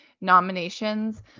nominations